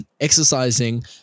exercising